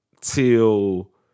Till